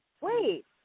Wait